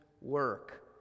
work